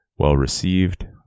well-received